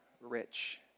rich